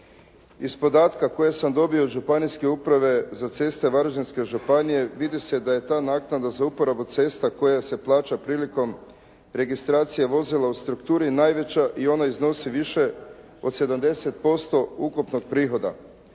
Iz podatka koje sam dobio od Županijske uprave za ceste Varaždinske županije vidi se da je ta naknada za uporabu cesta koja se plaća prilikom registracije vozila u strukturi najveća i ona iznosi više od 70% ukupnog prihoda